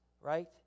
right